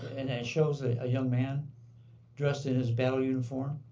and it shows a young man dressed in his battle uniform,